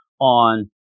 on